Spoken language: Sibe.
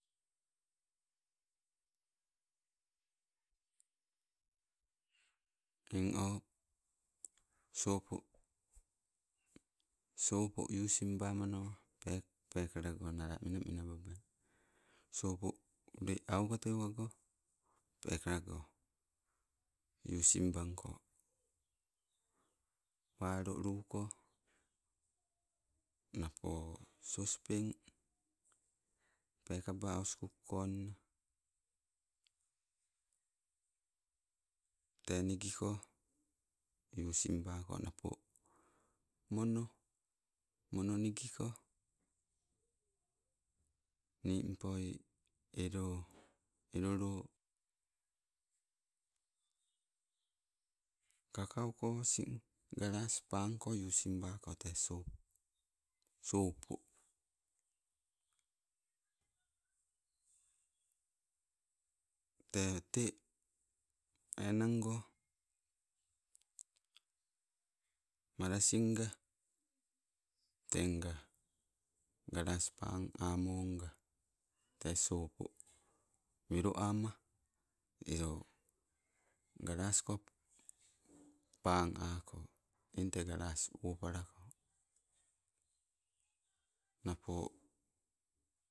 Eng o sopo, sopo usim bamanawa peeka peekalago nala menamena babai. Sopo ule auka teuka go pekalago usim banko, walo luko, napo sospen. Peekaba auskuk konna, tee nigiko usim buko napo mono, mono nigi ko him apo elo, elo loo kakau ko asing galas panko usim bako ta sopo, sopo. Tee te enango malasin nga tenga galas panamanga, te sopo welo amma, eu galasko pang ako, eng te gales wopaiako. Napo